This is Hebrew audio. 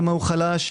במה חלש,